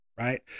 right